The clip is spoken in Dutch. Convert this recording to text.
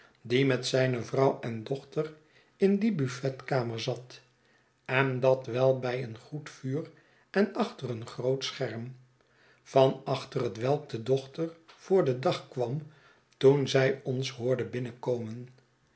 die met zijne vrouw en dochter in die buffetkamer zat en dat wel bij een goed vuur en achter een groot scherm van achter hetwelk de dochter voor den dag kwam toen zij ons hoorde binnenkomen